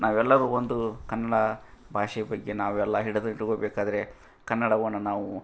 ನಾವೆಲ್ಲರು ಒಂದು ಕನ್ನಡ ಭಾಷೆಯ ಬಗ್ಗೆ ನಾವೆಲ್ಲ ಹಿಡಿದಿಟ್ಕೊಬೇಕಾದರೆ ಕನ್ನಡವನ್ನು ನಾವು